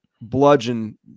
bludgeon